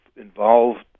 involved